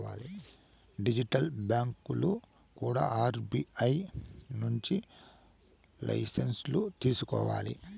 digital బ్యాంకులు కూడా RBI నుంచి లైసెన్సులు తీసుకోవాలి